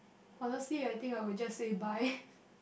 honestly I think I will just say bye